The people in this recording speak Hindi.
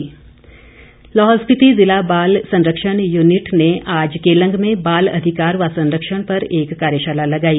कार्यशाला लाहौल स्पीति ज़िला बाल संरक्षण यूनिट ने आज केलंग में बाल अधिकार व संरक्षण पर एक कार्यशाला लगाई